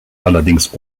allerdings